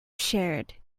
shared